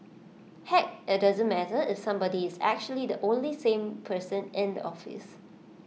heck IT doesn't matter if that somebody is actually the only sane person in the office